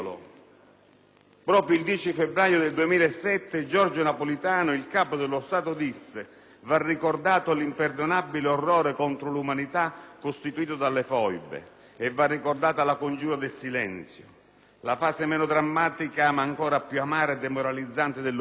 Proprio il 10 febbraio 2007 Giorgio Napolitano, il Capo dello Stato, disse: «Va ricordato l'imperdonabile orrore contro l'umanità costituito dalle foibe. (...) E va ricordata la "congiura del silenzio", la fase meno drammatica, ma ancor più amara e demoralizzante dell'oblio.